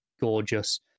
gorgeous